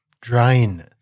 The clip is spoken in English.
drain